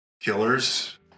killers